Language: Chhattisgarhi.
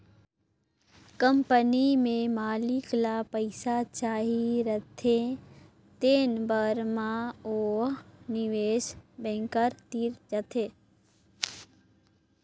कंपनी में मालिक ल पइसा चाही रहथें तेन बेरा म ओ ह निवेस बेंकर तीर जाथे